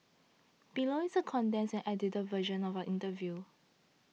below is a condensed and edited version of our interview